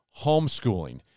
homeschooling